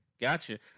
gotcha